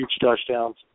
touchdowns